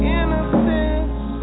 innocence